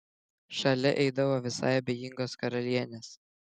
šalia eidavo visai abejingos karalienės